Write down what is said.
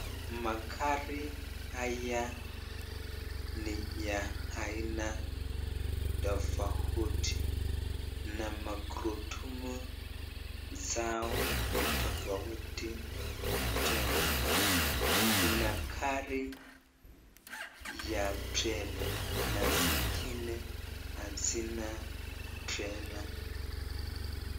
Magari haya ni ya aina tofauti na magurudumu zao ni tofauti tena. Kuna gari ya trela na zingine hazina trela.